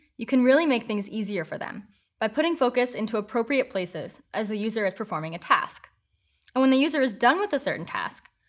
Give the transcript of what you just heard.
you can really make things easier for them by putting focus into appropriate places as the user is performing a task. and when the user is done with a certain task,